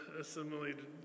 assimilated